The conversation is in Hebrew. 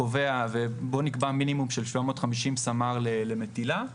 ובו נקבע מינימום של 750 סמ"ר למטילה.